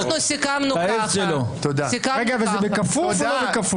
זה בכפוף או לא בכפוף?